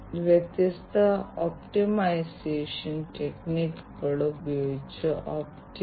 അതിനാൽ വ്യക്തമായും ഈ പ്രത്യേക വീക്ഷണകോണിൽ നിന്നുള്ള ആരോഗ്യ സംരക്ഷണ വ്യവസായത്തിൽ സുരക്ഷ വളരെ പ്രധാനമാണ്